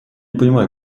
понимаю